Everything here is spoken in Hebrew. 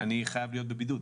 אני חייב להיות בבידוד.